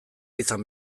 izan